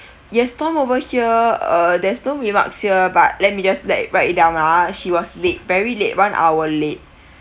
yes tom over here uh there's no remarks here but let me just let write it down ah she was late very late one hour late